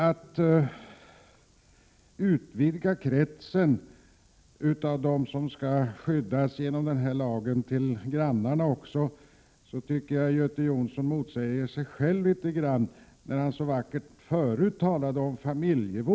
Att det skulle bli så tror jag inte på.